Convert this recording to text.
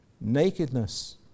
nakedness